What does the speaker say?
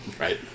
right